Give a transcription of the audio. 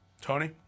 Tony